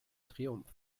triumph